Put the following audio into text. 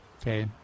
Okay